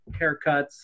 haircuts